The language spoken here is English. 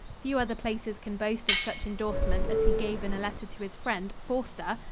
few other places can boast of such endorsement as he gave in a letter to his friend, forster,